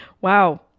Wow